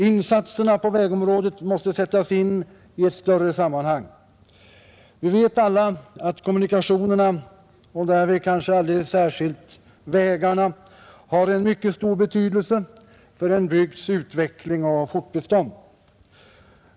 Insatserna på vägområdet måste sättas in i ett större sammanhang. Vi vet alla att kommunikationerna och därvid kanske särskilt vägarna har en mycket stor betydelse för en bygds utveckling och fortbestånd.